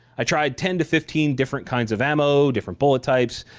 i tried ten fifteen different kinds of ammo, different bullet types,